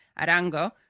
Arango